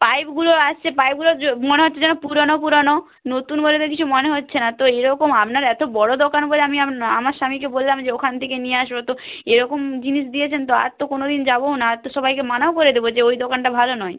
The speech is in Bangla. পাইপগুলো এসেছে পাইপগুলো মনে হচ্ছে যেন পুরনো পুরনো নতুন বলে তো কিছু মনে হচ্ছে না তো এরকম আপনার এত বড় দোকান বলে আমি আমার স্বামীকে বললাম যে ওখান থেকে নিয়ে আসবে তো এরকম জিনিস দিয়েছেন তো আর তো কোনো দিন যাবও না আর তো সবাইকে মানাও করে দেবো যে ওই দোকানটা ভালো নয়